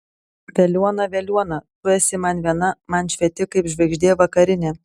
veliuona veliuona tu esi man viena man švieti kaip žvaigždė vakarinė